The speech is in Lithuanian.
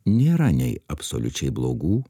nėra nei absoliučiai blogų